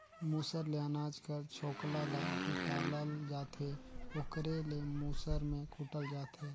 मूसर ले अनाज कर छोकला ल हिंकालल जाथे ओकरे ले मूसर में कूटल जाथे